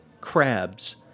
crabs